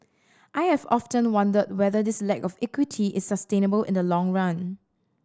I have often wondered whether this lack of equity is sustainable in the long run